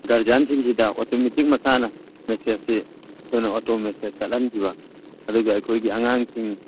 ꯒꯥꯔꯖꯤꯌꯟꯁꯤꯡꯁꯤꯗ automatic ꯃꯁꯥꯅ ꯃꯦꯁꯦꯁꯁꯤ ꯑꯩꯈꯣꯏꯅ ꯑꯣꯇꯣ ꯃꯦꯁꯦꯁ ꯆꯠꯍꯟꯈꯤꯕ ꯑꯗꯨꯒ ꯑꯩꯈꯣꯏꯒꯤ ꯑꯉꯥꯡꯁꯤꯡ